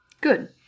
Good